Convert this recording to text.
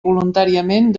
voluntàriament